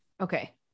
Okay